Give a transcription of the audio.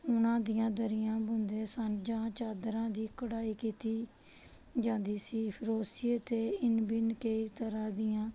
ਉਹਨਾਂ ਦੀਆਂ ਦਰੀਆਂ ਬੁਣਦੇ ਸਨ ਜਾਂ ਚਾਦਰਾਂ ਦੀ ਕਢਾਈ ਕੀਤੀ ਜਾਂਦੀ ਸੀ ਕਰੋਸ਼ੀਏ 'ਤੇ ਇਨ ਬਿਨ ਕਈ ਤਰ੍ਹਾਂ ਦੀਆਂ